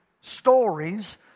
stories